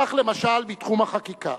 כך, למשל, בתחום החקיקה: